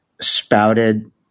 spouted